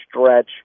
stretch